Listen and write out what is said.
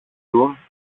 του